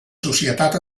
societat